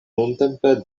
nuntempe